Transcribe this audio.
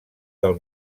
del